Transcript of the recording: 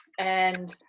and